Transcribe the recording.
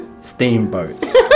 Steamboats